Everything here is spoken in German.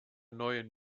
neuen